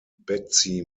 betsy